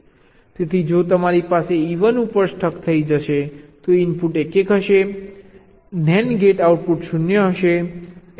તેથી જો તમારી પાસે E 1 ઉપર સ્ટક થઈ જશે તો ઇનપુટ 1 1 હશે NAND ગેટ આઉટપુટ 0 હશે